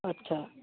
अच्छा